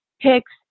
picks